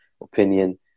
opinion